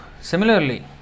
similarly